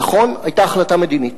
נכון, היתה החלטה מדינית.